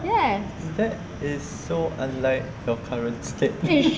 that is so unlike your current scale